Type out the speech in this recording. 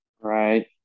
Right